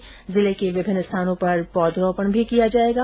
आज जिले के विभिन्न स्थानों पर पौधरोपण किया जाएगा